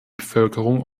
bevölkerung